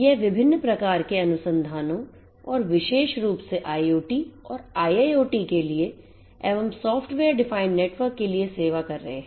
यहविभ्भिन प्रकार के अनुसंधानों और विशेष रूप से IoT और IIoT के लिए एवं सॉफ्टवेयर परिभाषित नेटवर्क के लिए सेवा कर रहे हैं